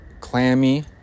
clammy